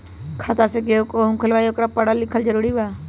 खाता जे केहु खुलवाई ओकरा परल लिखल जरूरी वा?